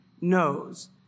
knows